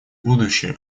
будущее